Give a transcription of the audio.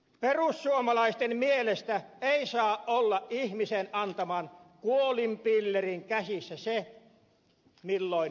perussuomalaisten mielestä ei saa olla ihmisen antaman kuolinpillerin käsissä se milloin elämä päättyy